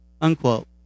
unquote